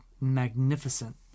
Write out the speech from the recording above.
magnificent